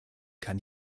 kann